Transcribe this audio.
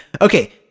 Okay